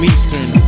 Eastern